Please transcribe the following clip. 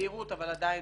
בזהירות אבל עדיין